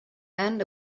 and